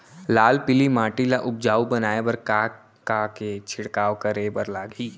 लाल पीली माटी ला उपजाऊ बनाए बर का का के छिड़काव करे बर लागही?